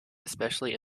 especially